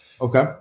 Okay